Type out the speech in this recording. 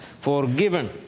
forgiven